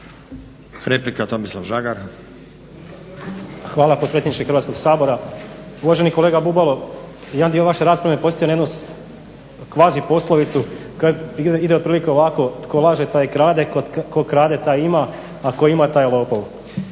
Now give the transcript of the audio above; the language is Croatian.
**Žagar, Tomislav (SDP)** Hvala potpredsjedniče Hrvatskog sabora. Uvaženi kolega Bubalo jedan dio vaše raspravi … kvazi poslovicu koja ide otprilike ovako "Tko laže taj i krade, tko krade taj ima, a tko ima taj je lopov".